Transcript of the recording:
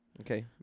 Okay